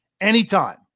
anytime